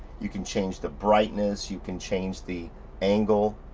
you can change the brightness. you can change the angle.